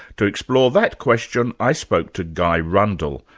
to explore that question, i spoke to guy rundle,